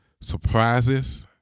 Surprises